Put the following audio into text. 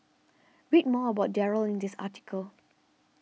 read more about Darryl in this article